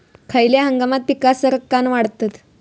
खयल्या हंगामात पीका सरक्कान वाढतत?